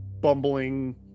bumbling